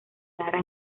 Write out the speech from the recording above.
lara